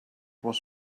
was